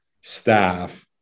staff